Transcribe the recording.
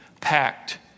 packed